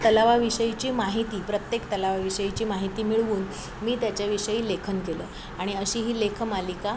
तलावाविषयीची माहिती प्रत्येक तलावाविषयीची माहिती मिळवून मी त्याच्याविषयी लेखन केलं आणि अशी ही लेखमालिका